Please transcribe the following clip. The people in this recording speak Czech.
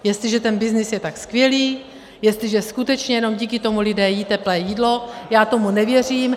Jestliže ten byznys je tak skvělý, jestliže skutečně jenom díky tomu lidé jedí teplé jídlo, já tomu nevěřím.